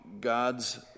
God's